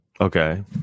Okay